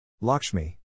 Lakshmi